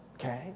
Okay